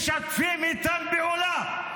משתפים איתם פעולה.